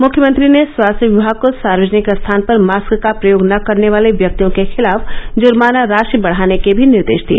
मुख्यमंत्री ने स्वास्थ्य विभाग को सार्वजनिक स्थान पर मास्क का प्रयोग न करने वाले व्यक्तियों के खिलाफ जर्माना राशि बढाने के भी निर्देश दिए